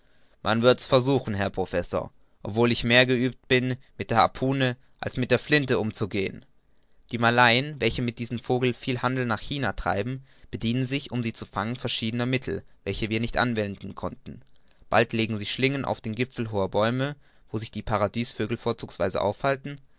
man wird's versuchen herr professor obwohl ich mehr geübt bin mit der harpune als mit der flinte umzugehen die malayen welche mit diesem vogel viel handel nach china treiben bedienen sich um sie zu fangen verschiedener mittel welche wir nicht anwenden konnten bald legen sie schlingen auf die gipfel hoher bäume wo sich die paradiesvögel vorzugsweise aufhalten